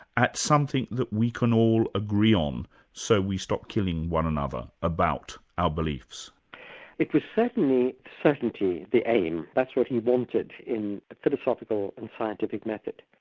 at something that we can all agree on so we stop killing one another about ah our so it was certainly certainty the aim. that's what he wanted in a philosophical and scientific method.